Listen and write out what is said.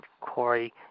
Corey